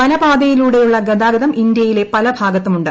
വനപാതയിലൂടെയുള്ള ഗതാഗതം ഇന്തൃയിലെ പല ഭാഗത്തുമുണ്ട്